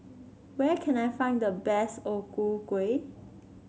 where can I find the best O Ku Kueh